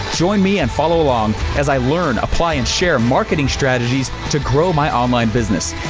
join me and follow along as i learn, apply and share marketing strategies to grow my online business.